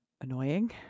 annoying